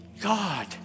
God